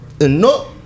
no